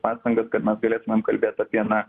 pastangas kad mes galėtumėm kalbėt apie na